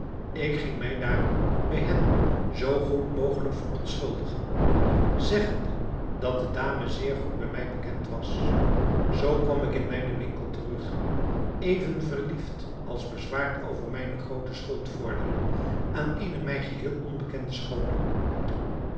ik ging mij daarom bij hen zoo goed mogelijk verontschuldigen zeggende dat de dame zeer goed bij mij bekend was zoo kwam ik in mijnen winkel terug even verliefd als bezwaard over mijne groote schuldvordering aan eene mij geheel onbekende schoone